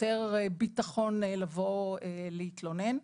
יותר ביטחון לבוא להתלונן.